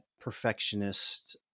perfectionist